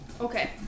Okay